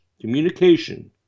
communication